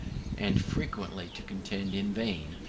and frequently to contend in vain,